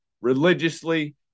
religiously